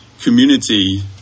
community